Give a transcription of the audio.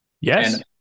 Yes